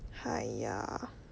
!haiya!